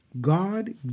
God